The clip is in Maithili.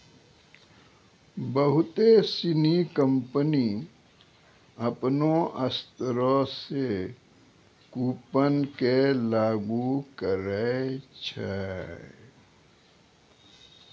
बहुते सिनी कंपनी अपनो स्तरो से कूपन के लागू करै छै